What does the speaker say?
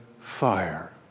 fire